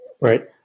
Right